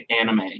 anime